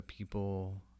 People